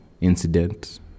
incident